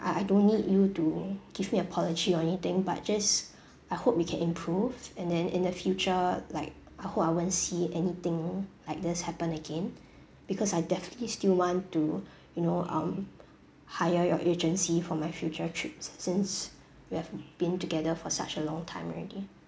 I I don't need you to give me apology or anything but just I hope you can improve and then in the future like I hope I won't see anything like this happen again because I definitely still want to you know um hire your agency for my future trips since we have been together for such a long time already